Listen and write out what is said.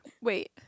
Wait